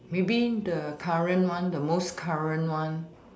maybe the current one the most current one